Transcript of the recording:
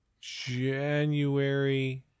January